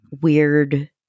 weird